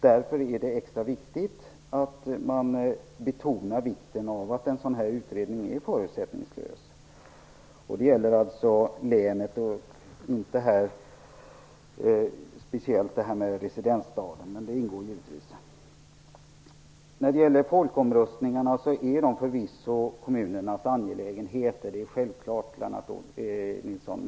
Därför är det extra viktigt att man betonar vikten av att en sådan här utredning är förutsättningslös. Detta gäller alltså länet och inte specifikt det här med residensstad, även om det givetvis ingår. När det gäller folkomröstningarna är de förvisso kommunernas angelägenheter. Det är självklart, Lennart Nilsson.